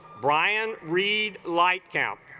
brian reid light count